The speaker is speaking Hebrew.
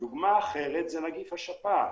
דוגמה אחרת היא נגיף השפעת.